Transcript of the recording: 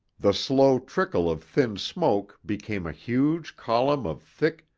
the slow trickle of thin smoke became a huge column of thick,